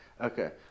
Okay